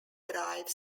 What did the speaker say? drive